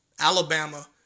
Alabama